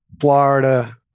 Florida